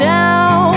now